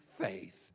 faith